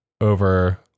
over